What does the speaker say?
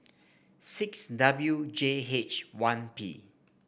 six W J H one P